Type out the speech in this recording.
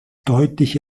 deutliche